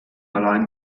alleine